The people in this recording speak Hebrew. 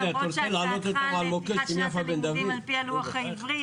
למרות שהצעתך לפתיחת שנת הלימודים על פי הלוח העברי היא